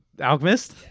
alchemist